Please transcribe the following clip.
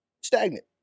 stagnant